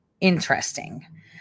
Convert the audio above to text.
interesting